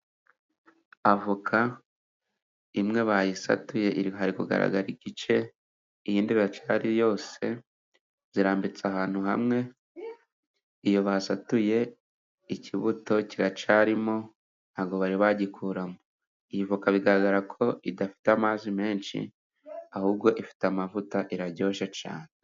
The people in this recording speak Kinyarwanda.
Avoka imwe bayisatuye iri kugaragara igice indi iracyari yose, zirambitse ahantu hamwe. Iyo basatuye ikibuto kiracyarimo ntago bari bagikuramo. Iyi avoka bigaragara ko idafite amazi menshi ahubwo ifite amavuta, iraryoshye cyane.